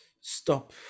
stop